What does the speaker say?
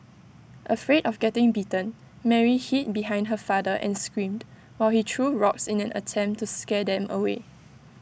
afraid of getting bitten Mary hid behind her father and screamed while he threw rocks in an attempt to scare them away